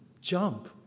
jump